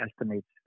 estimates